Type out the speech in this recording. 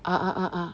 ah ah ah ah